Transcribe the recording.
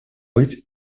быть